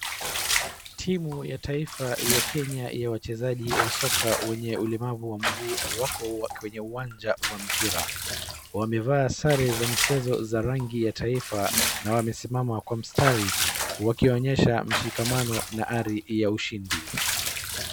Timu ya taifa ya Kenya ya wachezaji wa soka wenye ulemavu wa mguu wako kwenye uwanja wa mpira. Wamevaa sare za michezo za rangi ya taifa na wamesimama kwa mstari wakionyesha mshikamano na hali ya ushindi.